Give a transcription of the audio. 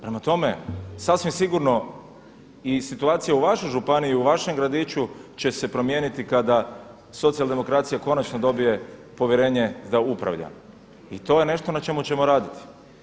Prema tome, sasvim sigurno i situacija u vašoj županiji i u vašem gradiću će se promijeniti kada socijaldemokracija konačno dobije povjerenje da upravlja i to je nešto na čemu ćemo raditi.